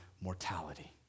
mortality